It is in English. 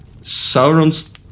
Sauron's